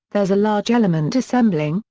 there's a large element assembling,